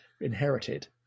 inherited